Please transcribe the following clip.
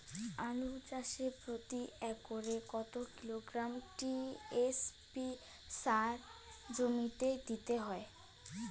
আলু চাষে প্রতি একরে কত কিলোগ্রাম টি.এস.পি সার জমিতে দিতে হয়?